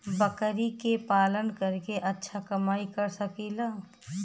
बकरी के पालन करके अच्छा कमाई कर सकीं ला?